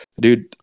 dude